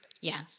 Yes